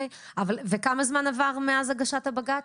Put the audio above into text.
כמה זמן עבר מאז הגשת הבג"ץ?